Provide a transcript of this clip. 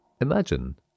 Imagine